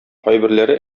кайберләре